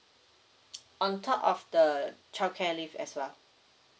on top of the childcare leave as well